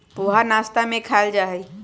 पोहा नाश्ता में खायल जाहई